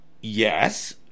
Yes